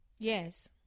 Yes